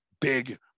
big